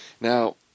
Now